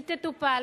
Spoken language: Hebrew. שהיא תטופל.